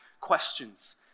questions